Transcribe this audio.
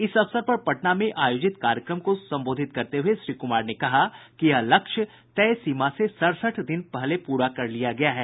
इस अवसर पर पटना में आयोजित कार्यक्रम को संबोधित करते हुए श्री कुमार ने कहा कि यह लक्ष्य तय सीमा से सड़सठ दिन पहले पूरा कर लिया गया है